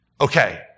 Okay